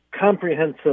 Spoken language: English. comprehensive